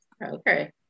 Okay